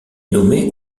nommée